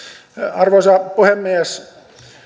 arvoisa puhemies